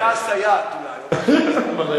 אתה הסייעת אולי, או משהו כזה.